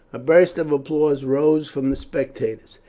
a burst of applause rose from the spectators.